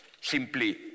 simply